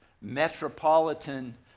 metropolitan